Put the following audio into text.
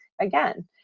again